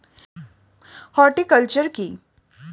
Horticulture কি?